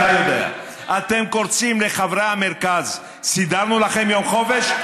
ואתה יודע: אתם קורצים לחברי המרכז: סידרנו לכם יום חופש,